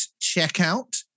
checkout